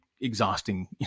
exhausting